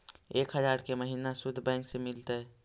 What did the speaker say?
एक हजार के महिना शुद्ध बैंक से मिल तय?